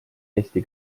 eesti